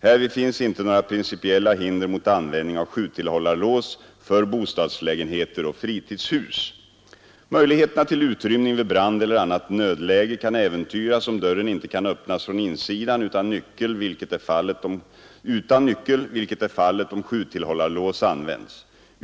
Härvid finns inte några principiella hinder mot användning av sjutillhållarlås för bostadslägenheter och fritidshus. Möjligheterna till utrymning vid brand eller annat nödläge kan äventyras om dörren inte kan öppnas från insidan utan nyckel, vilket är fallet om sjutillhållarlås används.